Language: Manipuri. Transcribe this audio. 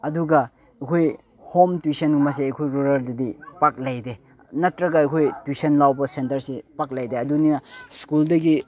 ꯑꯗꯨꯒ ꯑꯩꯈꯣꯏ ꯍꯣꯝ ꯇ꯭ꯌꯨꯁꯟꯒꯨꯝꯕꯁꯦ ꯑꯩꯈꯣꯏ ꯔꯨꯔꯦꯜꯗꯗꯤ ꯄꯥꯛ ꯂꯩꯇꯦ ꯅꯠꯇ꯭ꯔꯒ ꯑꯩꯈꯣꯏ ꯇ꯭ꯌꯨꯁꯟ ꯂꯧꯕ ꯁꯦꯟꯇꯔꯁꯦ ꯄꯥꯛ ꯂꯩꯇꯦ ꯑꯗꯨꯅꯤꯅ ꯁ꯭ꯀꯨꯜꯗꯒꯤ